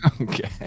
Okay